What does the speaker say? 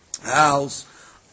house